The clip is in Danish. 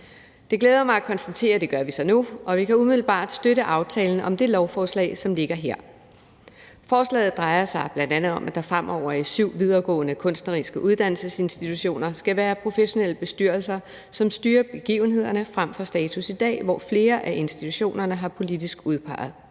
Det glæder mig at konstatere, at det gør vi så nu, og vi kan umiddelbart støtte aftalen og det lovforslag, som ligger her. Forslaget drejer sig bl.a. om, at der på syv videregående kunstneriske uddannelsesinstitutioner fremover skal være professionelle bestyrelser, som styrer begivenhederne, frem for status i dag, hvor flere af institutionerne har politisk udpegede